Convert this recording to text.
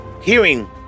hearing